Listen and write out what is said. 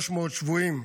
300 שבויים,